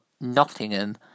Nottingham